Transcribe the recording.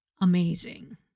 amazing